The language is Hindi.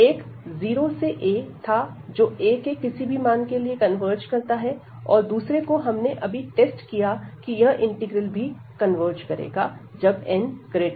एक 0 से a था जो a के किसी भी मान के लिए कन्वर्ज करता है और दूसरे को हमने अभी टेस्ट किया कि यह इंटीग्रल भी कन्वर्ज करेगा जब n≥1